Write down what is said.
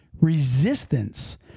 resistance